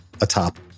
atop